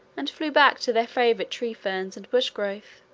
and flew back to their favourite tree-ferns and bush growth